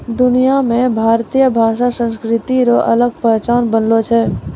दुनिया मे भारतीय भाषा संस्कृति रो अलग पहचान बनलो छै